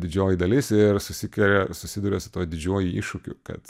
didžioji dalis ir susikeria susiduria su tuo didžiuoju iššūkiu kad